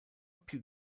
più